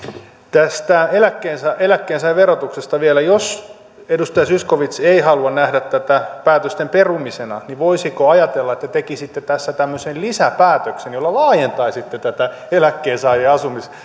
tästä eläkkeensaajan verotuksesta vielä jos edustaja zyskowicz ei halua nähdä tätä päätösten perumisena niin voisiko ajatella että tekisitte tässä tämmöisen lisäpäätöksen jolla laajentaisitte tätä